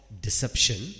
deception